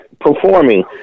performing